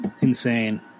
insane